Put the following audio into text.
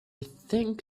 think